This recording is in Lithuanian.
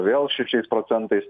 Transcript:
vėl šešiais procentais